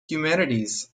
humanities